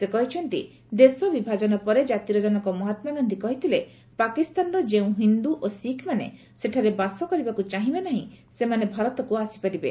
ସେ କହିଛନ୍ତି ଦେଶ ବିଭାଜନ ପରେ ଜାତିର ଜନକ ମହାତ୍ମାଗାନ୍ଧି କହିଥିଲେ ପାକିସ୍ତାନର ଯେଉଁ ହିନ୍ଦୁ ଓ ଶିଖ୍ମାନେ ସେଠାରେ ବାସ କରିବାକୁ ଚାହିଁବେ ନାହିଁ ସେମାନେ ଭାରତକୁ ଆସିପାରିବେ